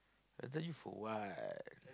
I tell you for what